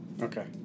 Okay